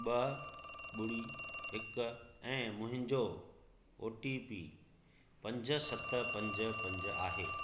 ॿ ॿुड़ी हिक ऐं मुंहिंजो ओ टी पी पंज सत पंज पंज आहे